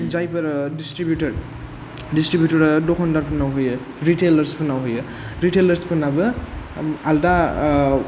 जायफोरो डिसट्रिबिउटरा दखानदारफोरनाव होयो रिटैलार्स फोरनाव होयो रिटैलार्स फोरनाबो आलादा